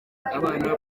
abana